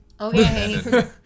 Okay